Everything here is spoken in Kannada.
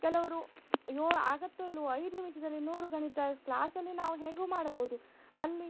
ಕೆಲವರು ಅಯ್ಯೋ ಆಗುತ್ತೊ ಇಲ್ಲವೋ ಐದು ನಿಮಿಷದಲ್ಲಿ ನೂರು ಗಣಿತ ಕ್ಲಾಸಲ್ಲಿ ನಾವು ಹೇಗೂ ಮಾಡ್ಬೌದು ಅಲ್ಲಿ